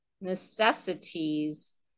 necessities